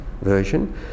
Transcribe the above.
version